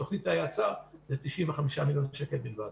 מתוכנית ההאצה זה 95 מיליון שקל בלבד.